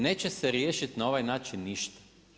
Neće se riješiti na ovaj način ništa.